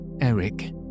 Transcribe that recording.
Eric